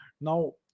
Now